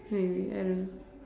maybe I don't know